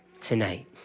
tonight